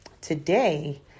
Today